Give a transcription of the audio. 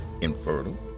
infertile